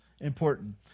important